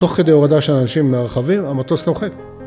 תוך כדי הורדה של אנשים מהרכבים, המטוס נוחת